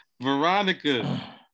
Veronica